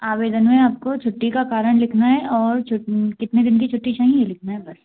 आवेदन में आपको छुट्टी का कारण लिखना है और कितने दिन की छुट्टी चाहिए ये लिखना है बस